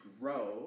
grow